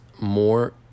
more